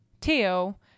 Teo